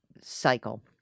cycle